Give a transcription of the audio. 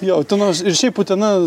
jo utenos ir šiaip utena